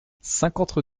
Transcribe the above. cinquante